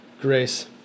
grace